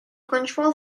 control